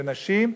לנשים,